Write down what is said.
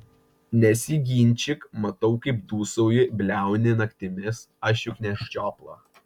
nesiginčyk matau kaip dūsauji bliauni naktimis aš juk ne žiopla